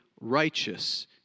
righteous